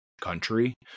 country